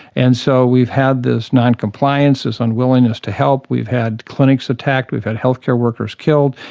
and so we've had this non-compliance, this unwillingness to help, we've had clinics attacked, we've had healthcare workers killed,